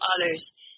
others